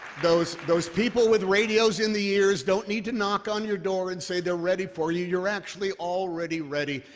those those people with radios in the ears don't need to knock on your door and say, they're ready for you. you're actually already ready,